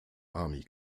army